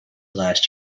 last